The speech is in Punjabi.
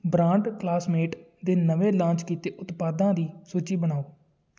ਬ੍ਰਾਂਡ ਕਲਾਸਮੇਟ ਦੇ ਨਵੇਂ ਲਾਂਚ ਕੀਤੇ ਉਤਪਾਦਾਂ ਦੀ ਸੂਚੀ ਬਣਾਉ